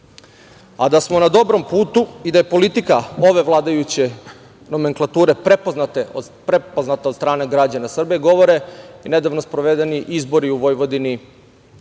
smo na dobrom putu i da je politika ove vladajuće nomenklature prepoznate od strane građana Srbije, govore i nedavno sprovedeni izbori u Vojvodini